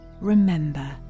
remember